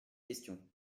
questions